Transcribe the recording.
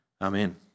Amen